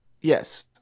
Yes